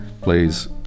plays